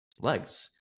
legs